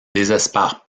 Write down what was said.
désespère